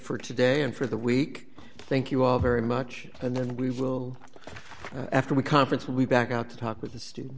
for today and for the week thank you all very much and then we will after the conference will be back out to talk with the student